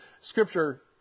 Scripture